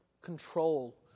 control